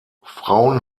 frauen